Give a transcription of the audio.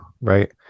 right